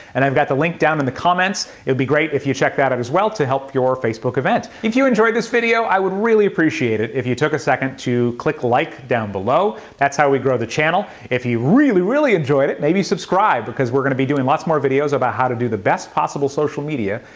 and i've got the link down in the comments. it would be great if you'd check that out as well to help your facebook event. if you enjoyed this video i would really appreciate it if you took a second to click like down below. that's how we grow the channel. if you really, really enjoyed it, maybe subscribe, because we're going to be doing lots more videos about how to do the best possible social media,